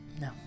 No